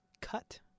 cut